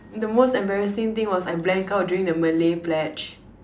the most embarrassing thing was I blank out during the Malay pledge